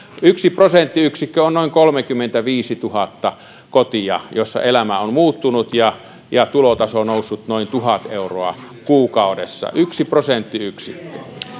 yksi prosenttiyksikkö on noin kolmekymmentäviisituhatta kotia joissa elämä on muuttunut ja ja tulotaso noussut noin tuhat euroa kuukaudessa yksi prosenttiyksikkö